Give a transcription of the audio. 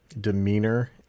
demeanor